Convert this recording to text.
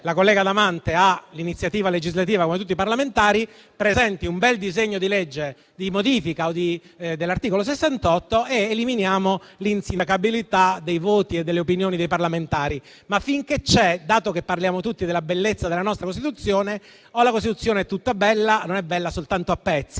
la collega Damante ha l'iniziativa legislativa, come tutti i parlamentari, quindi può presentare un bel disegno di legge di modifica dell'articolo 68, così eliminiamo l'insindacabilità dei voti e delle opinioni dei parlamentari. Finché c'è però, dato che parliamo tutti della bellezza della nostra Costituzione, o la Costituzione è bella tutta, o non può esserlo soltanto a pezzi.